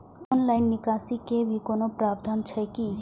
Online निकासी के भी कोनो प्रावधान छै की?